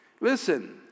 Listen